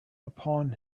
upon